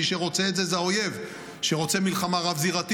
מי שרוצה את זה זה האויב, שרוצה מלחמה רב-זירתית,